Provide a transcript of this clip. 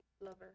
Lover